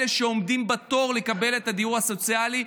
אלה שעומדים בתור לקבל את הדיור הסוציאלי,